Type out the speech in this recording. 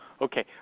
Okay